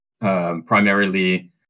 Primarily